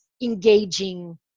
engaging